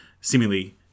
seemingly